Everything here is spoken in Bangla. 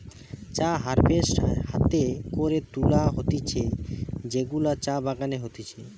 চা হারভেস্ট হাতে করে তুলা হতিছে যেগুলা চা বাগানে হতিছে